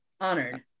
honored